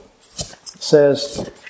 says